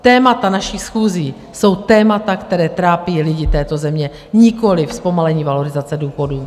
Témata našich schůzí jsou témata, která trápí lidi této země, nikoliv zpomalení valorizace důchodů.